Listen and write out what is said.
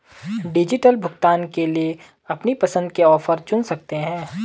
digital भुगतान के लिए अपनी पसंद के ऑफर चुन सकते है